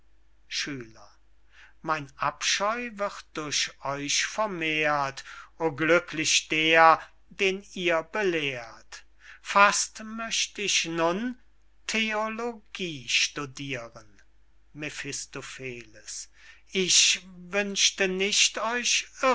schüler mein abscheu wird durch euch vermehrt o glücklich der den ihr belehrt fast möcht ich nun theologie studiren mephistopheles ich wünschte nicht euch